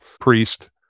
priest